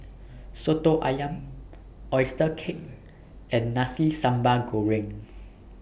Soto Ayam Oyster Cake and Nasi Sambal Goreng